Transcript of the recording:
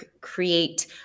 create